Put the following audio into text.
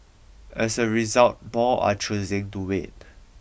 as a result more are choosing to wait